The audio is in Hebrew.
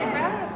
אני בעד.